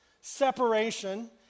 separation